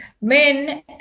men